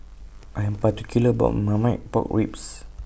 I'm particular about My Marmite Pork Ribs